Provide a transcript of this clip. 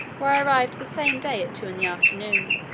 where i arrived the same day at two in the afternoon,